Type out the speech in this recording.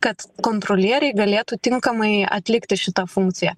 kad kontrolieriai galėtų tinkamai atlikti šitą funkciją